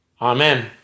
Amen